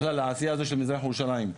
בכלל לעשייה הזו של מזרח ירושלים,